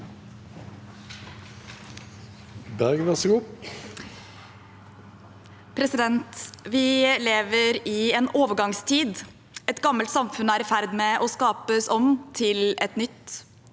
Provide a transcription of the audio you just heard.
«Vi le- ver i en overgangstid. Et gammelt samfunn er i ferd med å skapes om til et nytt.»